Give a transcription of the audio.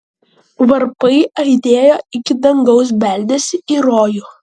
varpai aidėjo iki dangaus beldėsi į rojų